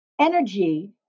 energy